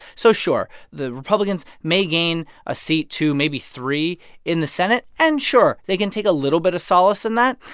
so, sure, the republicans may gain a seat, two, maybe three in the senate. and, sure, they can take a little bit of solace in that.